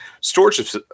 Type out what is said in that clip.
storage